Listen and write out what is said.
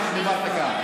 מה שדיברת כאן,